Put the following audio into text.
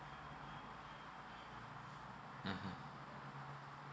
mmhmm